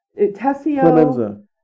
Tessio